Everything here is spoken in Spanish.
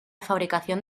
fabricación